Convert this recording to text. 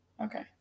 Okay